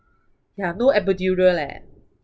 ya no epidural leh